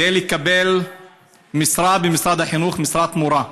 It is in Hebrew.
כדי לקבל משרה במשרד החינוך, משרת מורה.